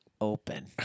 open